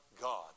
God